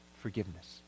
forgiveness